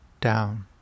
down